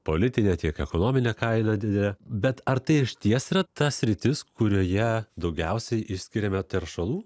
politine tiek ekonomine kaina didele bet ar tai išties yra ta sritis kurioje daugiausiai išskiriame teršalų